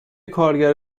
کارگر